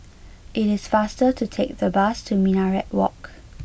it is faster to take the bus to Minaret Walk